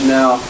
now